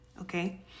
Okay